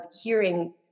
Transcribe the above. hearing